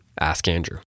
askandrew